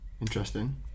Interesting